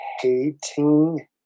hating